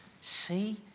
see